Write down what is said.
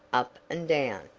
up and down,